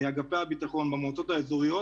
אגפי הביטחון במועצות האזוריות